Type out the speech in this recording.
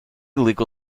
legal